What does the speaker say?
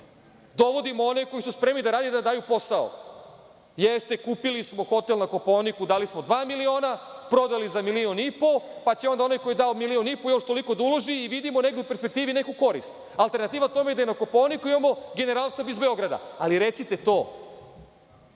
dovodimo one koji su spremni da rade i da daju posao. Jeste, kupili smo hotel na Kopaoniku, dali smo dva miliona, prodali smo za milino i po, pa će onaj ko je dao milion i po, još toliko da uloži i vidimo negde u nekoj perspektivi neku korist. Alternativa tome da je na Kopaoniku imamo Generalštab iz Beograda, ali recite to,